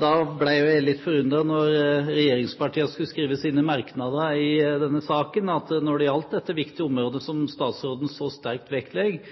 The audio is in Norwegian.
Da ble jeg jo litt forundret da regjeringspartiene skulle skrive sine merknader i denne saken. Når det gjelder dette viktige området, som statsråden så sterkt vektlegger,